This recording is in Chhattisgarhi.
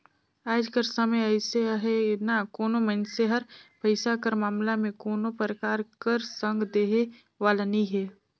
आएज कर समे अइसे अहे ना कोनो मइनसे हर पइसा कर मामला में कोनो परकार कर संग देहे वाला नी हे